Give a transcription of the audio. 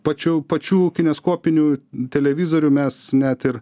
pačių pačių kineskopinių televizorių mes net ir